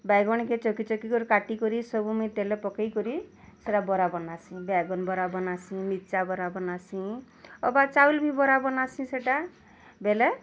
ବାଇଗଣ୍କେ ଚକି ଚକି କରି କାଟିକରି ସବୁ ମୁଇଁ ତେଲ ପକେଇକରି ସେଟା ବରା ବନାସିଁ ବାଇଗନ୍ ବରା ବନାସିଁ ମିର୍ଚ୍ଚା ବରା ବନାସିଁ ଅବା ଚାଉଲ୍ ବରା ବନାସିଁ ସେଟା ବେଲେ